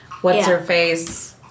what's-her-face